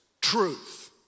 truth